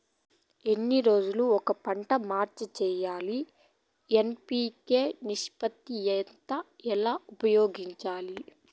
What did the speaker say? ఎన్ని రోజులు కొక పంట మార్చి సేయాలి ఎన్.పి.కె నిష్పత్తి ఎంత ఎలా ఉపయోగించాలి?